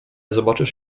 zobaczysz